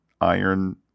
Iron